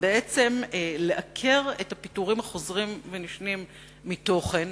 ובעצם לעקר את הפיטורים החוזרים ונשנים מתוכן,